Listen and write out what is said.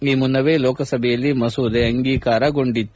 ಈ ಮುನ್ನವೇ ಲೋಕಸಭೆಯಲ್ಲಿ ಮಸೂದೆ ಅಂಗೀಕಾರಗೊಂಡಿತ್ತು